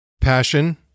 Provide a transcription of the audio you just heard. passion